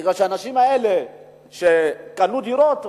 בגלל שהאנשים האלה קנו דירות,